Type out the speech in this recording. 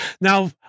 Now